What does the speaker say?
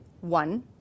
One